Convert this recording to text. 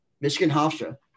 Michigan-Hofstra